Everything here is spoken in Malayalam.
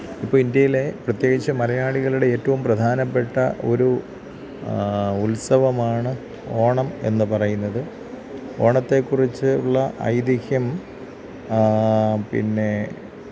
ഇപ്പോള് ഇന്ഡ്യയിലെ പ്രത്യേകിച്ചും മലയാളികളുടെ ഏറ്റവും പ്രധാനപ്പെട്ട ഒരു ഉത്സവമാണ് ഓണം എന്ന് പറയുന്നത് ഓണത്തെക്കുറിച്ച് ഉള്ള ഐതിഹ്യം പിന്നെ